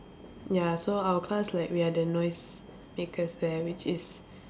ya so our class like we are the noise makers that which is